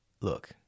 Look